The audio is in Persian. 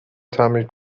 تعمیر